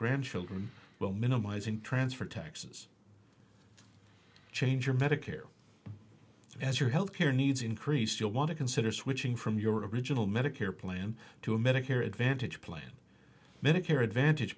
grandchildren will minimising transfer taxes change your medicare as your health care needs increase you'll want to consider switching from your original medicare plan to a medicare advantage plan medicare advantage